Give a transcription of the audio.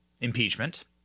impeachment